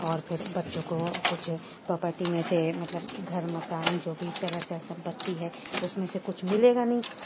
اور پھر بچوں کو کچھ پپرٹی میں سے مطلب گھر مکان جو بھی چل اچل سمپتی ہے اس میں سے کچھ ملے گا نہیں